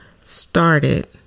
started